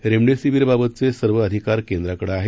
रेमडेसीवीरबाबतचे सर्व अधिकार केंद्राकडे आहेत